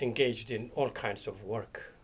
engaged in all kinds of work